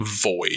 void